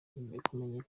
kubyerekeranye